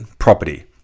property